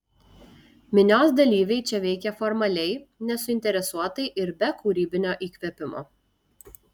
minios dalyviai čia veikė formaliai nesuinteresuotai ir be kūrybinio įkvėpimo